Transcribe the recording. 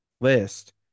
list